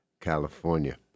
California